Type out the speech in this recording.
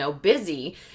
busy